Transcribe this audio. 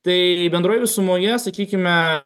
tai bendroj visumoje sakykime